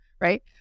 right